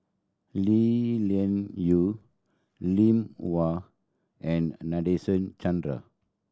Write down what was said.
Lee Lian Yiu Lim Wau and Nadasen Chandra